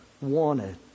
wanted